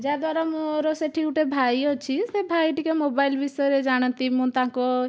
ଯାହା ଦ୍ବାରା ମୋର ସେ'ଠି ଗୋଟିଏ ଭାଇ ଅଛି ସେ ଭାଇ ଟିକେ ମୋବାଇଲ ବିଷୟରେ ଜାଣନ୍ତି ମୁଁ ତାଙ୍କ